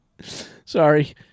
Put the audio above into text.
Sorry